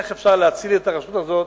איך אפשר להציל את הרשות הזאת